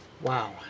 Wow